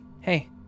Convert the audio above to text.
Hey